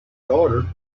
daughter